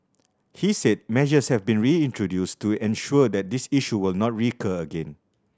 he said measures have been introduced to ensure that this issue will not recur again